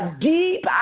deep